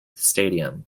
stadium